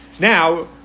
Now